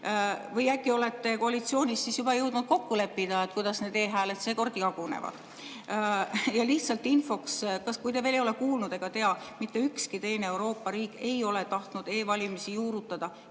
Või äkki olete koalitsioonis siis juba jõudnud kokku leppida, kuidas need e-hääled seekord jagunevad? Lihtsalt infoks, kui te veel ei ole kuulnud ega tea: mitte ükski teine Euroopa riik ei ole tahtnud e-valimisi juurutada,